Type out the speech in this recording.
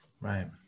Right